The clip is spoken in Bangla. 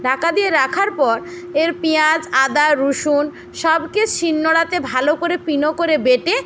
ঢাকা দিয়ে রাখার পর এর পিঁয়াজ আদা রসুন সবকে শিল নোড়াতে ভালো করে পিনো করে বেটে